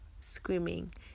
screaming